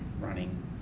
running